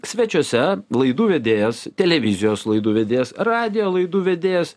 svečiuose laidų vedėjas televizijos laidų vedėjas radijo laidų vedėjas